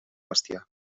bestiar